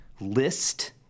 list